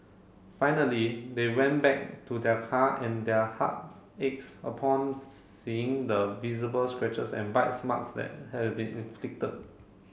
finally they went back to their car and their heart aches upon seeing the visible scratches and bites marks that had been inflicted